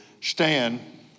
Stand